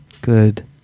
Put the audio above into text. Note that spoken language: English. Good